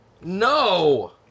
No